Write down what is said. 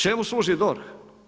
Čemu služi DORH?